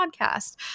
podcast